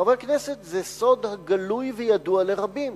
חברי הכנסת, זה סוד הגלוי וידוע לרבים: